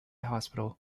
hospital